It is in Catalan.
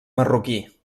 marroquí